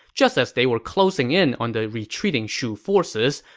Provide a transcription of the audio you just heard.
just as they were closing in on the retreating shu forces,